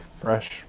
fresh